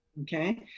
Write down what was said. Okay